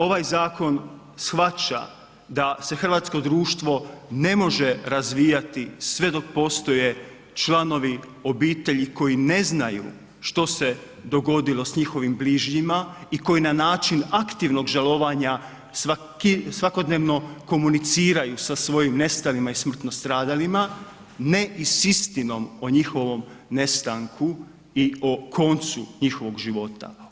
Ovaj zakon shvaća da se hrvatsko društvo ne može razvijati sve dok postoje članovi obitelji koji ne znaju što se dogodilo s njihovim bližnjima i koji na način aktivnog žalovanja svakodnevno komuniciraju sa svoji nestalim i smrtno stradalima, ne i s istinom o njihovom nestanku i o koncu njihovog života.